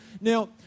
Now